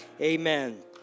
Amen